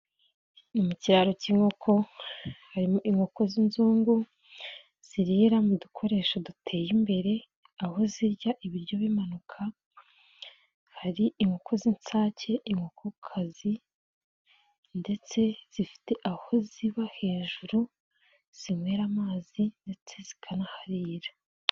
Ni mu kiraro k'inkoko, harimo inkoko z'inzungu, zirira mu dukoresho duteye imbere, aho zirya ibiryo bimanuka, hari inkoko z'insake, inkokokazi ndetse zifite aho ziba hejuru, zinywera amazi ndetse zikanaharira.